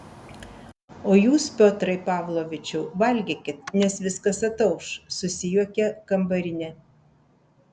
o jūs piotrai pavlovičiau valgykit nes viskas atauš susijuokė kambarinė